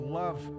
love